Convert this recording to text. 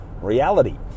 reality